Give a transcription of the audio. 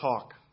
talk